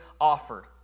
offered